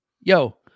Yo